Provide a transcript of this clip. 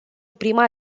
prima